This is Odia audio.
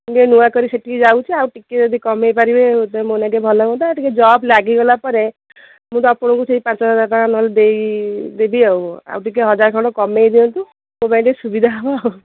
ମୁଁ ଟିକେ ନୂଆ କରି ସେଠିକି ଯାଉଛି ଆଉ ଟିକେ ଯଦି କମାଇ ପାରିବେ ତାହେଲେ ମୋ ଲାଗି ଟିକେ ଭଲ ହୁଅନ୍ତା ଟିକେ ଜବ ଲାଗିଗଲା ପରେ ମୁଁ ତ ଆପଣଙ୍କୁ ସେଇ ପାଞ୍ଚ ହଜାର ଟଙ୍କା ନ ହେଲେ ଦେଇ ଦେବି ଆଉ ଆଉ ଟିକେ ହଜାର ଖଣ୍ଡ କମାଇ ଦିଅନ୍ତୁ ମୋ ପାଇଁ ଟିକେ ସୁବିଧା ହେବ